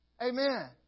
Amen